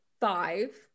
five